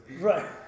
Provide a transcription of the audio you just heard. Right